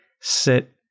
sit